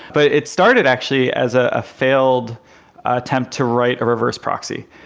but it started actually as a failed attempt to write a reverse proxy,